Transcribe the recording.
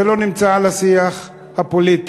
זה לא נמצא בשיח הפוליטי.